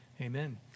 amen